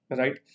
right